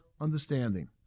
understanding